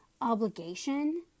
obligation